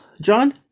john